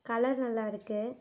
colour நல்லா இருக்குது